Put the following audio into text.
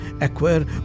acquire